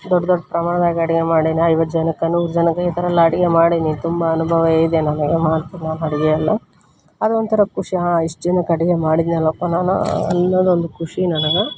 ದೊಡ್ಡ ದೊಡ್ಡ ಪ್ರಮಾಣದಾಗ ಅಡುಗೆ ಮಾಡಿನಿ ಐವತ್ತು ಜನಕ್ಕೆ ನೂರು ಜನಕ್ಕೆ ಈ ಥರಯೆಲ್ಲ ಅಡುಗೆ ಮಾಡೀನಿ ತುಂಬ ಅನುಭವ ಇದೆ ನನಗೆ ಮಾಡ್ತೀನಿ ನಾನು ಅಡುಗೆಯನ್ನು ಅದೊಂಥರ ಖುಷಿ ಹಾಂ ಇಷ್ಟು ಜನಕ್ಕೆ ಅಡುಗೆ ಮಾಡಿದ್ನಲ್ಲಪ್ಪ ನಾನು ಅನ್ನೋದೊಂದು ಖುಷಿ ನನಗೆ